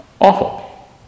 awful